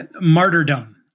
martyrdom